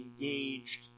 engaged